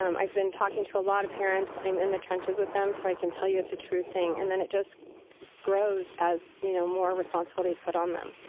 um i've been talking to a lot of parents. i'm in the trenches with them, so i can tell you it's a true thing. and then it just grows as you know more responsibility is put on them.